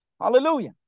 Hallelujah